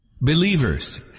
Believers